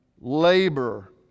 labor